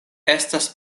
estas